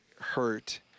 hurt